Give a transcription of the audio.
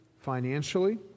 financially